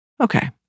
Okay